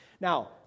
Now